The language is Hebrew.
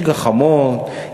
יש גחמות,